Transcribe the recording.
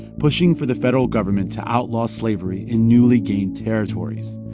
pushing for the federal government to outlaw slavery in newly gained territories.